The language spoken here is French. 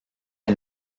est